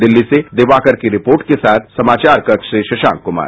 दिल्ली से दिवाकर की रिपोर्ट के साथ समाचार कक्ष से शशांक कुमार